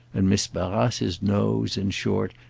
and miss barrace's nose, in short,